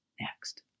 next